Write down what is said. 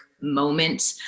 moment